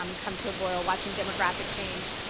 um come to a boil. watching demographic change,